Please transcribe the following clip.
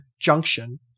Junction